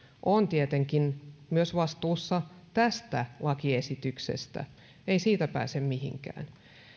on tietenkin myös vastuussa tästä lakiesityksestä ei siitä pääse mihinkään